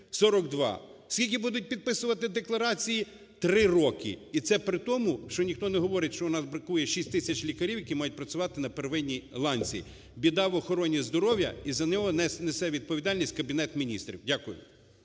42. Скільки будуть підписувати декларації? 3 роки. І це при тому, що ніхто не говорить, що у нас бракує 6 тисяч лікарів, які мають працювати на первинній ланці. Біда в охороні здоров'я і за нього несе відповідальність Кабінет Міністрів. Дякую.